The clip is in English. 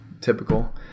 typical